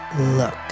Look